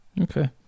Okay